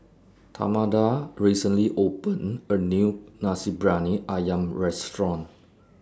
Tamatha recently opened A New Nasi Briyani Ayam Restaurant